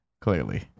Clearly